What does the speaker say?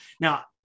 now